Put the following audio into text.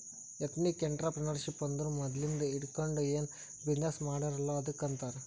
ethnic entrepreneurship ಅಂದುರ್ ಮದ್ಲಿಂದ್ ಹಿಡ್ಕೊಂಡ್ ಏನ್ ಬಿಸಿನ್ನೆಸ್ ಮಾಡ್ಯಾರ್ ಅಲ್ಲ ಅದ್ದುಕ್ ಆಂತಾರ್